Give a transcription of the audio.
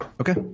Okay